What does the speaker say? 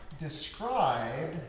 described